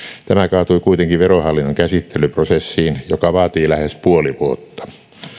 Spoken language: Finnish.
tämä kaatui kuitenkin verohallinnon käsittelyprosessiin joka vaatii lähes puoli vuotta